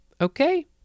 okay